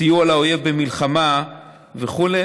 סיוע לאויב במלחמה וכו',